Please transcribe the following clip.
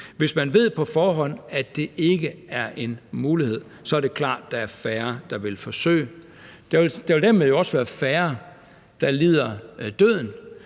Hvis man ved på forhånd, at det ikke er en mulighed, er det klart, at der er færre, der vil forsøge. Og der vil dermed også være færre, der lider døden